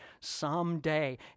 someday